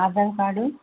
Aadhaar card